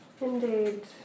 Indeed